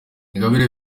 ingabire